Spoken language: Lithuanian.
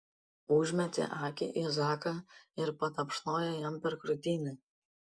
užmetė akį į zaką ir patapšnojo jam per krūtinę